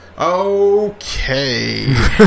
Okay